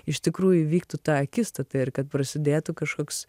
iš tikrųjų įvyktų ta akistata ir kad prasidėtų kažkoks